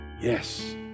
yes